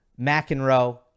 McEnroe